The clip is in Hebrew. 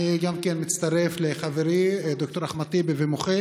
גם אני מצטרף לחברי דוקטור אחמד טיבי ומוחה